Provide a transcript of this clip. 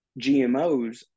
GMOs